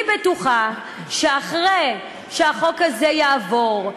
אני בטוחה שאחרי שהחוק הזה יעבור,